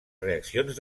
reaccions